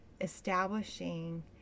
establishing